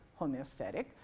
homeostatic